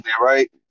right